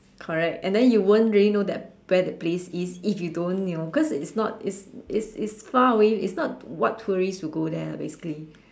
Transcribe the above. correct and then you won't really know that where that place is if you don't you know cause it's not it's it's it's far away it's not what tourist would go there basically